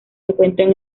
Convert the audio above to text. encuentran